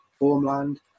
homeland